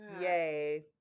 Yay